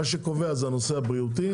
מה שקובע זה הנושא הבריאותי,